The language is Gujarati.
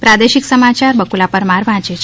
પ્રાદેશિક સમાચાર બફલા પરમાર વાંચે છે